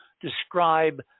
describe